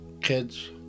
kids